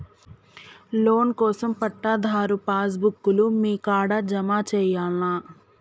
Loan కోసం పట్టాదారు passbook లు మీ కాడా జమ చేయల్నా?